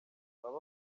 baba